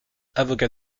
avocat